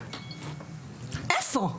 איפה?